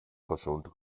verschonte